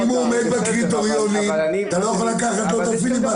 אם הוא עומד בקריטריונים אתה לא יכול לקחת לו את הפיליבסטר.